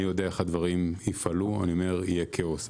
אני יודע איך הדברים יפעלו, ואני אומר שיהיה כאוס.